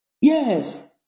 Yes